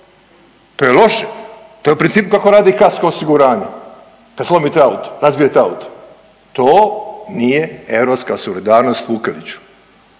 to je loše, to je u principu kako radi i kasko osiguranje kad slomite auto, razbijete auto, to nije europska solidarnost Vukeliću